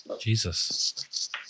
Jesus